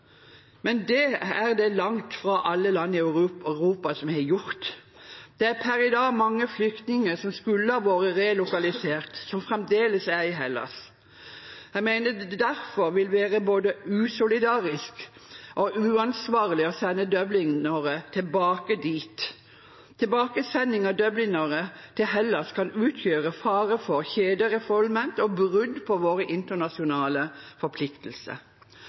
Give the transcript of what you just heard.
men det er det langt fra alle land i Europa som har gjort. Det er per i dag mange flyktninger som skulle ha vært relokalisert, som fremdeles er i Hellas. Jeg mener det derfor vil være både usolidarisk og uansvarlig å sende Dublin-ere tilbake dit. Tilbakesending av Dublin-ere til Hellas kan utgjøre fare for kjede-refoulement og brudd på våre internasjonale forpliktelser.